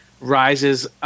Rises